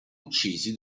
uccisi